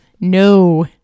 No